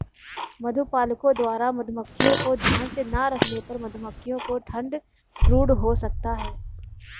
मधुपालकों द्वारा मधुमक्खियों को ध्यान से ना रखने पर मधुमक्खियों को ठंड ब्रूड हो सकता है